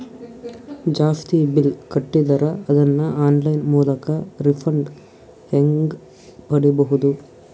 ಜಾಸ್ತಿ ಬಿಲ್ ಕಟ್ಟಿದರ ಅದನ್ನ ಆನ್ಲೈನ್ ಮೂಲಕ ರಿಫಂಡ ಹೆಂಗ್ ಪಡಿಬಹುದು?